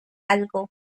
algo